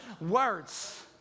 words